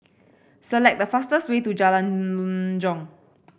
select the fastest way to Jalan Jong